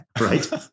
right